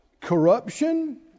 corruption